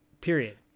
period